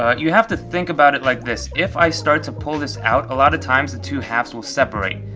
ah you have to think about it like this if i start to pull this out, a lot of times, the two halves will separate.